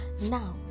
now